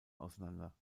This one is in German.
auseinander